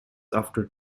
after